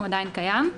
הוא עדיין קיים.